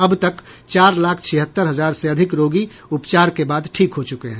अब तक चार लाख छिहत्तर हजार से अधिक रोगी उपचार के बाद ठीक हो चुके हैं